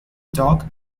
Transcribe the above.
dock